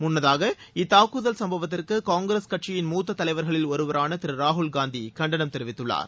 முன்னதாக இத்தாக்குதல் சம்பவத்திற்கு காங்கிரஸ் கட்சியின் மூத்த தலைவர்களில் ஒருவரான திரு ராகுல் காந்தி கண்டனம் தெரிவித்துள்ளார்